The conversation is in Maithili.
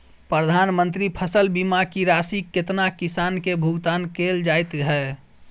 प्रधानमंत्री फसल बीमा की राशि केतना किसान केँ भुगतान केल जाइत है?